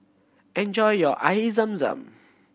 enjoy your Air Zam Zam